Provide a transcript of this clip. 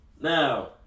Now